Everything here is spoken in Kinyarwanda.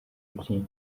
byinshi